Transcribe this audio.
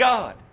God